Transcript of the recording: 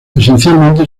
esencialmente